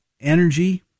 energy